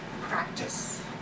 Practice